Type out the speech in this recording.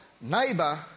neighbor